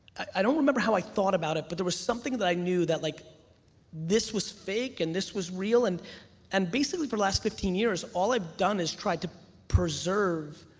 i don't remember how i thought about it but there was something that i knew that like this was fake and this was real and and basically, for the last fifteen years, all i've done is try to preserve